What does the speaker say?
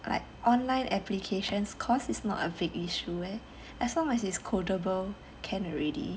like online applications cause it's not a big issue as long as it's codeable can already